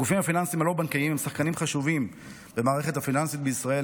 הגופים הפיננסיים הלא-בנקאיים הם שחקנים חשובים במערכת הפיננסית בישראל.